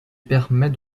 permet